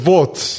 Vote